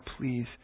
please